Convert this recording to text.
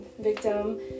victim